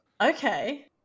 Okay